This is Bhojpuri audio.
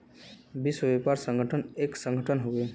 विश्व व्यापार संगठन एक संगठन हउवे